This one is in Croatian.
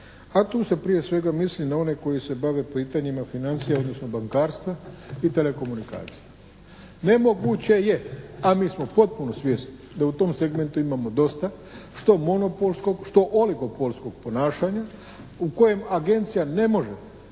a tu se prije svega misli na one koji se bave pitanjima financija, odnosno bankarstva i telekomunikacija. Nemoguće je a mi smo potpuno svjesni da u tom segmentu imamo dosta što monopolskog što oligopolskog ponašanja u kojem Agencija ne može